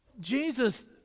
Jesus